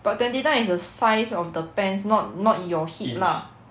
but twenty nine is the size of the pants not not your hip lah